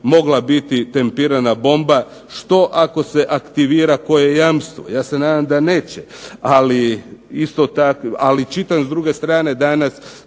mogla biti tempirana bomba, što ako se aktivira koje jamstvo. Ja se nadam da neće. Ali čitam s druge strane danas,